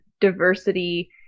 diversity